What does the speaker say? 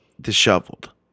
disheveled